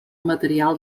material